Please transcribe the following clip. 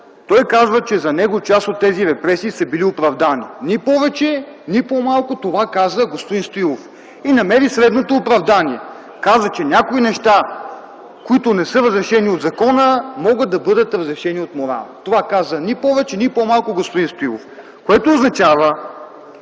Той казва, че за него част от тези репресии са били оправдани. Ни повече, ни по малко това казва господин Стоилов, и намери следното оправдание: каза, че някои неща, които не са разрешени от закона, могат да бъдат разрешени от морала. Това каза ни повече, ни по малко господин Стоилов, което означава